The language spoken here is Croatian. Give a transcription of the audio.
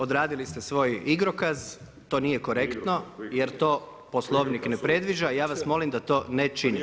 Odradili ste svoj igrokaz, to nije korektno jer to Poslovnik ne predviđa i ja vas molim da to ne činite.